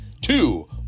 two